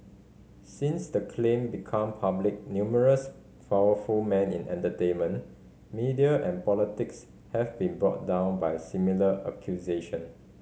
since the claim become public numerous powerful men in entertainment media and politics have been brought down by similar accusation